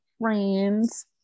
friends